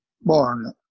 born